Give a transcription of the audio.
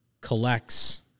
collects